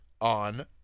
on